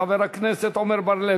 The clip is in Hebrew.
חבר הכנסת עמר בר-לב,